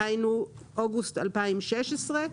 דהיינו אוגוסט 2016,